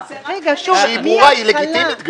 היא לגיטימית גם.